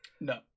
no